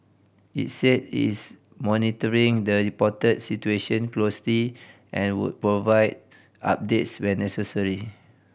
it said it's monitoring the reported situation closely and would provide updates when necessary